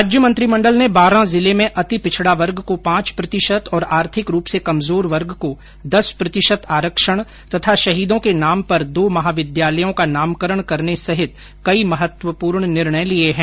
राज्य मंत्रिमंडल ने बारां जिले में अति पिछडा वर्ग को पांच प्रतिशत और आर्थिक रूप से कमजोर वर्ग को दस प्रतिशत आरक्षण तथा शहीदों के नाम पर दो महाविद्यालयों का नामकरण करने सहित कई महत्वपूर्ण निर्णय लिये है